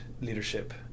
leadership